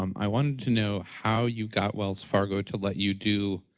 um i wanted to know how you got wells fargo to let you do